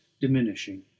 diminishing